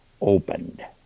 opened